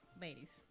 ladies